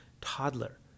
toddler